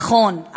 נכון,